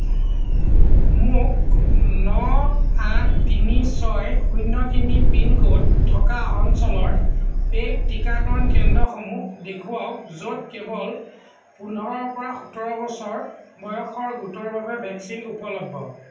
মোক ন আঠ তিনি ছয় শূন্য় তিনি পিন ক'ড থকা অঞ্চলৰ পে'ইড টীকাকৰণ কেন্দ্ৰসমূহ দেখুৱাওক য'ত কেৱল পোন্ধৰৰ পৰা সোতৰ বছৰ বয়সৰ গোটৰ বাবে ভেকচিন উপলব্ধ